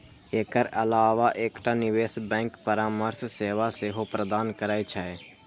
एकर अलावा एकटा निवेश बैंक परामर्श सेवा सेहो प्रदान करै छै